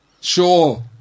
Sure